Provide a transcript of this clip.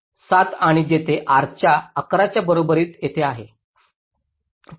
7 आणि येथे आर च्या 11 च्या बरोबर येथे आहे